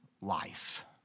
life